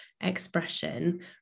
expression